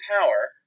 power